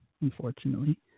unfortunately